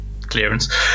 clearance